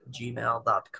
gmail.com